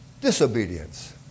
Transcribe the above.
disobedience